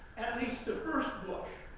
at least ah first bush.